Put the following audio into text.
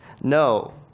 No